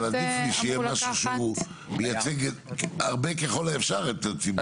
אבל עדיף לי שיהיה משהו שמייצג הרבה ככל האפשר את הציבור.